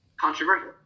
controversial